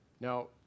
Now